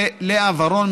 ללאה ורון,